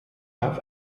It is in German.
auf